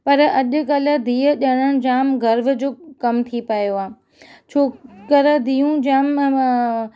पर अॼुकल्ह धीउ ॼणणु जामु गर्व जो कमु थी पियो आहे छोकरि धीअरूं जामु